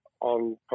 on